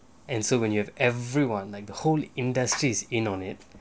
and so when you have everyone like the whole industry is on it